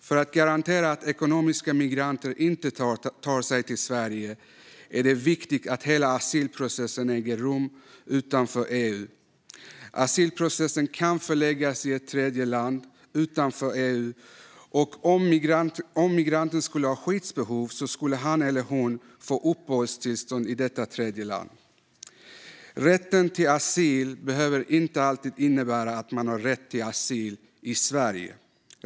För att garantera att ekonomiska migranter inte tar sig till Sverige är det viktigt att hela asylprocessen äger rum utanför EU. Asylprocessen kan förläggas till ett tredjeland utanför EU, och om migranten skulle ha skyddsbehov skulle han eller hon få uppehållstillstånd i detta tredjeland. Rätten till asyl behöver inte alltid innebära att man har rätt till asyl i Sverige.